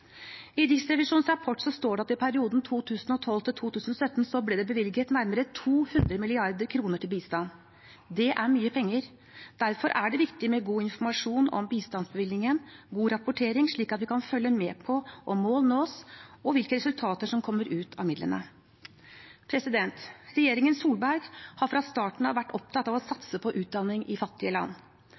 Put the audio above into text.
I Riksrevisjonens rapport står det at i perioden 2012–2017 ble det bevilget nærmere 200 mrd. kr til bistand. Det er mye penger. Derfor er det viktig med god informasjon om bistandsbevilgningen, god rapportering, slik at vi kan følge med på om mål nås, og hvilke resultater som kommer ut av midlene. Regjeringen Solberg har fra starten av vært opptatt av å satse på utdanning i fattige land.